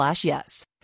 yes